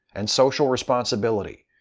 and social responsibility.